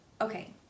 okay